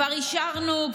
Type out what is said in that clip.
כבר אישרנו,